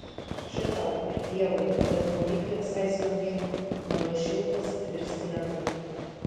še tau ir pievai bet maudyklė visai smagi vanduo šiltas ir bristi lengva